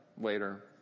later